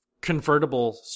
convertible